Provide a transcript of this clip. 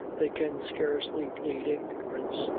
they can scarcely plead ignorance.